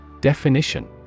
Definition